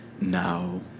now